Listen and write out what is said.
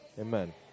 amen